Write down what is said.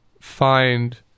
find